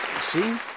see